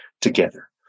together